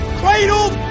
cradled